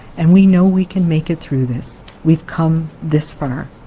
and we know we can make it through this. we've come this far.